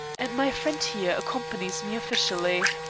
and my friend here accompanies me officially.